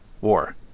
war